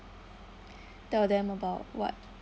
tell them about what